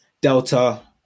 Delta